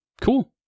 Cool